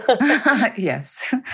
Yes